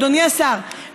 אדוני השר.